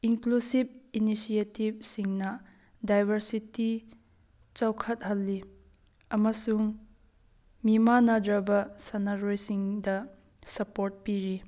inclusive initiative ꯁꯤꯡꯅ diversity ꯆꯥꯎꯈꯠꯍꯜꯂꯤ ꯑꯃꯁꯨꯡ ꯃꯤꯃꯥꯟꯅꯗ꯭ꯔꯕ ꯁꯥꯟꯅꯔꯣꯏ ꯁꯤꯡꯗ ꯁꯞꯄꯣꯔꯠ ꯄꯤꯔꯤ